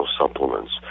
supplements